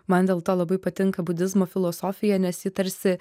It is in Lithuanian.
man dėl to labai patinka budizmo filosofija nes ji tarsi